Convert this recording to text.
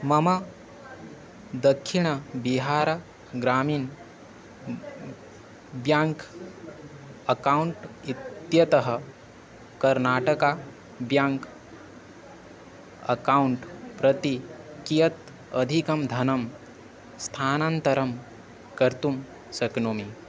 मम Dakshin Bihar Gramin bank account इत्यतः Karnataka bank account प्रति कियत् अधिकं धनं स्थानान्तरं कर्तुं शक्नोमि